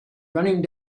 running